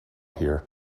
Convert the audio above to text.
here